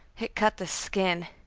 it cut the skin,